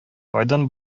кайдан